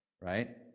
Right